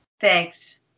Thanks